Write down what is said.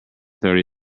thirty